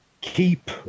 keep